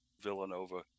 Villanova